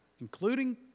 including